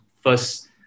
first